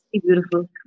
Beautiful